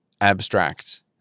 abstract